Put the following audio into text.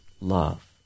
love